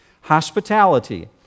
Hospitality